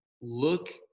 look